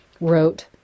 wrote